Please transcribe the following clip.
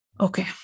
Okay